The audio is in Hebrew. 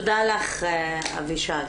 תודה אבישג.